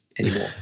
anymore